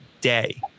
day